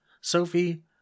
Sophie